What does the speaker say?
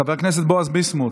חבר הכנסת בועז ביסמוט,